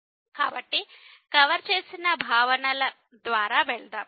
కాబట్టి కవర్ చేసిన భావనల ద్వారా వెళ్దాం